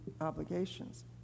obligations